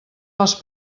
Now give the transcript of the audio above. les